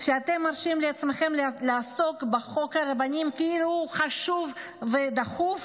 שאתם מרשים לעצמכם לעסוק בחוק הרבנים כאילו הוא חשוב ודחוף?